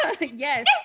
yes